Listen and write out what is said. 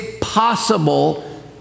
possible